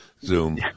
Zoom